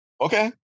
okay